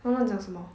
乱乱讲什么